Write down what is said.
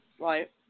right